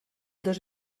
dos